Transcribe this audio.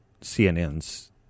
CNNs